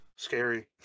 scary